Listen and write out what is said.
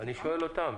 אני שואל אותם.